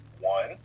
One